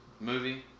movie